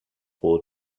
board